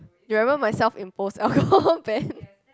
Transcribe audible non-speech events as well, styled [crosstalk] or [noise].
you remember my self impose [laughs] alcohol ban